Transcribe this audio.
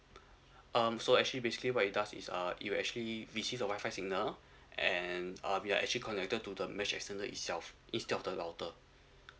um so actually basically what it does is uh you actually received the Wi-Fi signal and uh we are actually connected to the mesh extender itself instead of the router